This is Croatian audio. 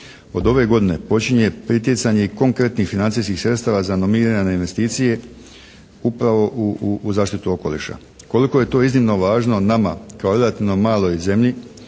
Od ove godine počinje pritjecanje i konkretnih financijskih sredstava za nominirane investicije upravo u zaštitu okoliša. Koliko je to iznimno važno nama kao relativno maloj zemlji